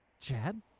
Chad